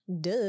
duh